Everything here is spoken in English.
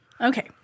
Okay